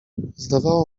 zdawało